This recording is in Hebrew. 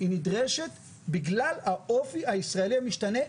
היא נדרשת בגלל האופי הישראלי המשתנה,